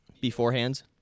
beforehand